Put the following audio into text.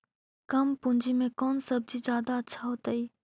कम पूंजी में कौन सब्ज़ी जादा अच्छा होतई?